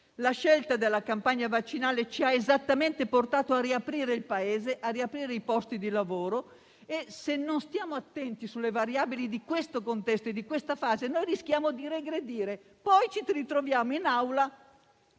la scelta della campagna vaccinale ci ha portato esattamente a riaprire il Paese e a garantire i posti di lavoro. Ma se non stiamo attenti alle variabili di questo contesto e di questa fase, rischiamo di regredire e poi ci ritroveremo in